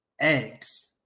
eggs